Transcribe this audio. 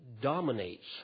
dominates